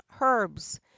herbs